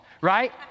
right